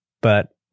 but-